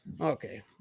Okay